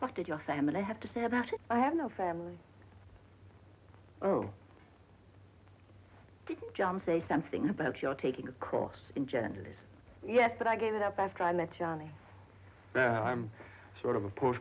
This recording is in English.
what did your family have to say about it i have no family oh didn't jump say something about your taking a course in genders yes but i gave it up after i met johnny i'm sort of a po